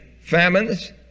famines